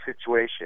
situation